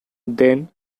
then